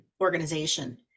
organization